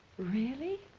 really?